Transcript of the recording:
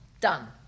Done